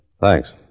Thanks